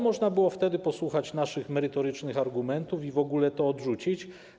Można było wtedy posłuchać naszych merytorycznych argumentów i w ogóle to odrzucić.